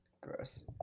Gross